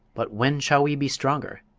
but when shall we be stronger?